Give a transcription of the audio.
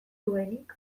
zuenik